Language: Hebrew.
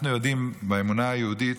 אנחנו יודעים שבאמונה היהודית